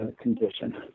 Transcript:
condition